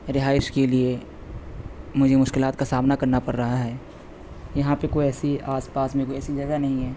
رہائش کے لیے مجھے مشکلات کا سامنا کرنا پر رہا ہے یہاں پہ کوئی ایسی آس پاس میں کوئی ایسی جگہ نہیں ہیں